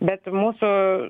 bet mūsų